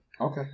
Okay